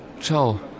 Ciao